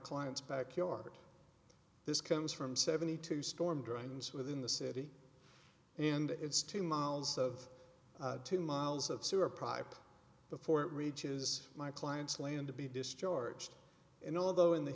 clients backyard this comes from seventy two storm drains within the city and it's two miles of two miles of sewer pipe before it reaches my client's land to be discharged and although in the